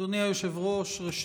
אדוני היושב-ראש, ראשית,